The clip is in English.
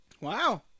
Wow